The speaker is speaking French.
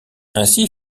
ainsi